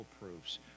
proofs